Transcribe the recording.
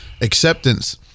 acceptance